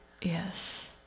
Yes